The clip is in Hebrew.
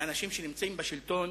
מאנשים שנמצאים בשלטון